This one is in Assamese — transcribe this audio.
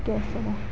ঠিকে আছে দিয়া